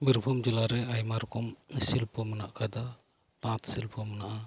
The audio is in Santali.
ᱵᱤᱨᱵᱷᱩᱢ ᱡᱮᱞᱟᱨᱮ ᱟᱭᱢᱟ ᱨᱚᱠᱚᱢ ᱥᱤᱞᱯᱚ ᱢᱮᱱᱟᱜ ᱟᱠᱟᱫᱟ ᱛᱟᱸᱛ ᱥᱤᱞᱯᱚ ᱢᱮᱱᱟᱜᱼᱟ